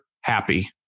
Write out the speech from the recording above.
happy